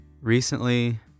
recently